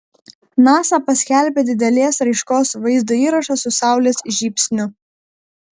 nasa paskelbė didelės raiškos vaizdo įrašą su saulės žybsniu